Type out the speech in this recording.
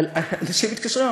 אנשים מתקשרים,